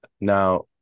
Now